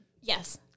Yes